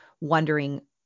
wondering